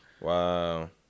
Wow